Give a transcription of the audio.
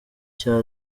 cya